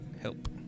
help